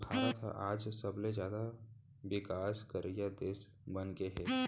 भारत ह आज सबले जाता बिकास करइया देस बनगे हे